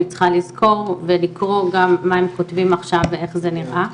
היא צריכה לזכור ולקרוא גם מה הם כותבים עכשיו ואיך זה נראה